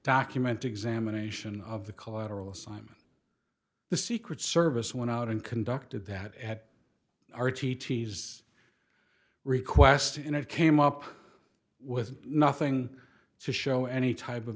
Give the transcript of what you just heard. document examination of the collateral simon the secret service went out and conducted that at r t t's request and it came up with nothing to show any type of